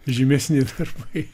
žymesni darbai